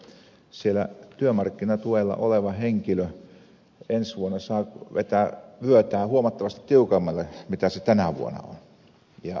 siellä työmarkkinatuella oleva henkilö ensi vuonna saa vetää vyötään huomattavasti tiukemmalle kuin se tänä vuonna on